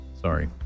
Sorry